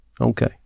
Okay